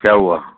کیا ہُوا